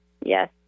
Yes